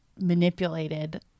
manipulated